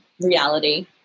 reality